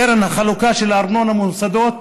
קרן החלוקה של הארנונה למוסדות,